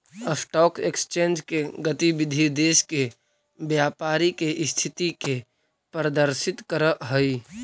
stock exchange के गतिविधि देश के व्यापारी के स्थिति के प्रदर्शित करऽ हइ